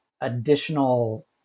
additional